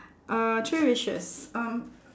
uh three wishes um